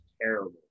terrible